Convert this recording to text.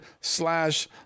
slash